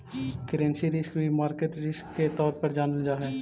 currency risk भी market risk के तौर पर जानल जा हई